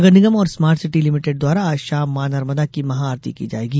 नगरनिगम और smart city limited द्वारा आज शाम मां नर्मदा की महाआरती की जायेगी